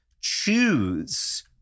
choose